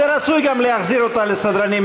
ורצוי גם להחזיר אותה לסדרנים,